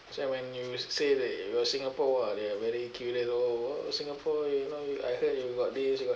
that's why when you say that you're singapore !wah! they are very curious oh !whoa! singapore you know I heard you got this you got